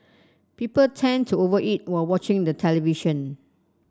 people tend to over eat while watching the television